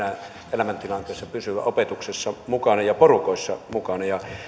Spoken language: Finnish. elämäntilanteessa pysyä opetuksessa ja porukoissa mukana